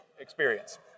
experience